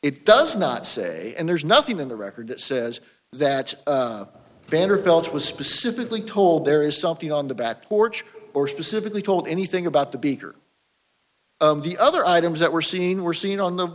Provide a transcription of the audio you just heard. it does not say and there's nothing in the record that says that vanderbilt was specifically told there is something on the back porch or specifically told anything about the beaker the other items that were seen were seen on the